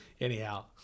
Anyhow